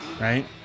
right